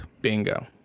Bingo